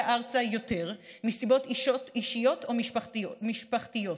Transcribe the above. ארצה יותר מסיבות אישיות או משפחתיות,